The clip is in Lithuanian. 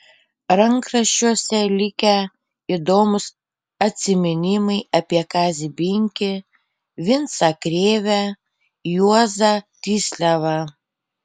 rankraščiuose likę įdomūs atsiminimai apie kazį binkį vincą krėvę juozą tysliavą